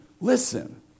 listen